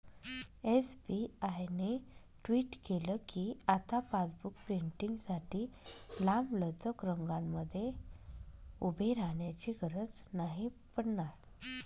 SBI ने tweet केल कीआता पासबुक प्रिंटींगसाठी लांबलचक रंगांमध्ये उभे राहण्याची गरज नाही पडणार